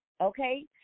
okay